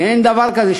אין דבר כזה,